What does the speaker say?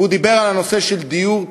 והוא דיבר על הנושא של דיור ציבורי.